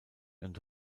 und